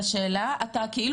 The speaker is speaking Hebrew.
יש בעיה עם